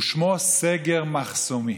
ושמו "סגר מחסומי".